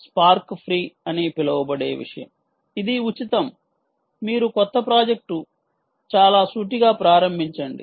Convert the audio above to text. ఇది spark free అని పిలువబడే విషయం ఇది ఉచితం మీరు క్రొత్త ప్రాజెక్ట్ను చాలా సూటిగా ప్రారంభించండి